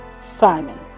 Simon